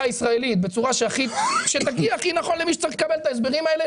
הישראלית בצורה שתגיע הכי נכון למי שצריך לקבל את ההסברים האלה